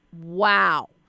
Wow